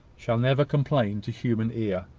shall never complain to human ear.